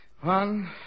One